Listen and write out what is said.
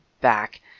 back